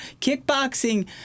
kickboxing